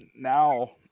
now